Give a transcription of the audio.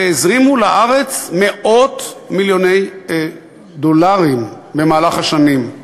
והזרימו לארץ מאות מיליוני דולרים במהלך השנים,